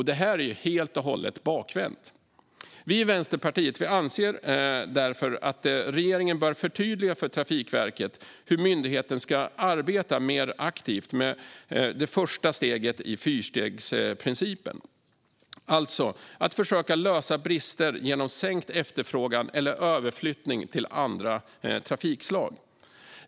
Detta är helt och hållet bakvänt. Vi i Vänsterpartiet anser därför att regeringen bör förtydliga för Trafikverket hur myndigheten ska arbeta mer aktivt med det första steget i fyrstegsprincipen, alltså att försöka lösa brister genom minskad efterfrågan eller överflyttning till andra trafikslag.